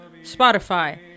Spotify